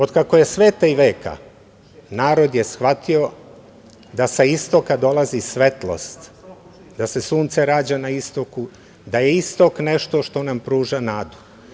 Otkako je sveta i veka, narod je shvatio da sa istoka dolazi svetlost, da se sunce rađa na istoku, da je istok nešto što nam pruža nadu.